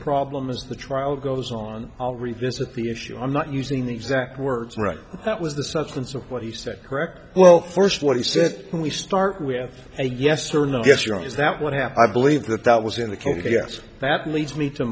problem as the trial goes on i'll revisit the issue i'm not using the exact words right that was the substance of what he said correct well first what he said when we start we have a yes or no good strong is that what happened i believe that that was in the can you guess that leads me to